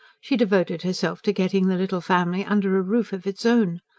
she devoted herself to getting the little family under a roof of its own.